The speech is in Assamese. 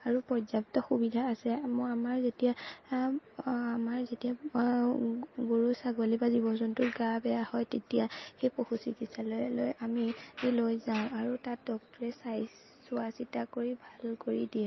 আৰু পৰ্যাপ্ত সুবিধা আছে মই আমাৰ যেতিয়া আমাৰ যেতিয়া গৰু ছাগলী বা জীৱ জন্তুৰ গা বেয়া হয় তেতিয়া সেই পশু চিকিৎসালয়লৈ আমি লৈ যাই আৰু তাত ডক্তৰে চাই চোৱা চিতা কৰি ভাল কৰি দিয়ে